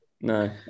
No